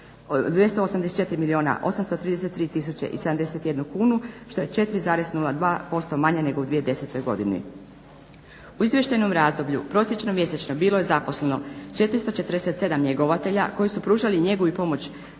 284 milijuna 833 tisuće i 71 kunu što je 4,02% manje nego u 2010. godini. U izvještajnom razdoblju prosječno mjesečno bilo je zaposleno 447 njegovatelja koji su pružali njegu i pomoć